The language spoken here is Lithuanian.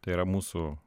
tai yra mūsų